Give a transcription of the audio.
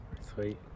Sweet